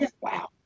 wow